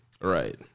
Right